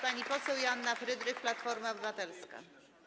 Pani poseł Joanna Frydrych, Platforma Obywatelska.